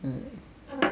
mm